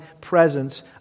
presence